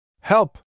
Help